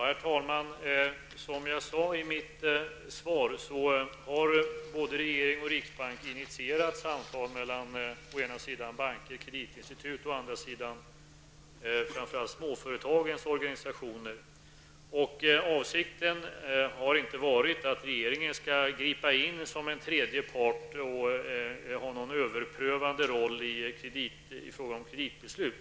Herr talman! Som jag sade i mitt svar har både regeringen och riksbanken initierat samtal mellan å ena sidan banker och kreditinstitut och å andra sidan framför allt småföretagens organisationer. Avsikten har inte varit att regeringen skall gripa in som en tredje part och ha någon överprövande roll i fråga om kreditbeslut.